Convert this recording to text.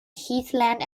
heathland